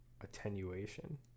Attenuation